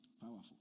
Powerful